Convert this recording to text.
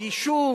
"יישוב",